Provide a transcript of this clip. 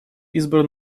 избран